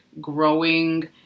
growing